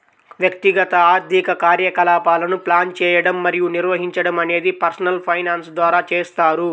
వ్యక్తిగత ఆర్థిక కార్యకలాపాలను ప్లాన్ చేయడం మరియు నిర్వహించడం అనేది పర్సనల్ ఫైనాన్స్ ద్వారా చేస్తారు